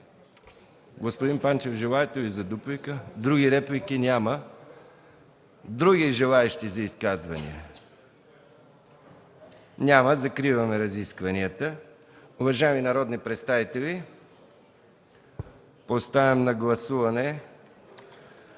Господин Панчев, желаете ли дуплика? Не. Други желаещи за изказване? Няма. Закривам разискванията. Уважаеми народни представители, поставям на гласуване